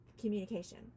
communication